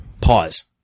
Pause